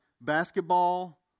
basketball